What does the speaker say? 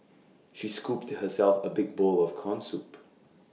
she scooped herself A big bowl of Corn Soup